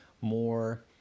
more